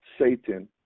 Satan